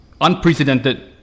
unprecedented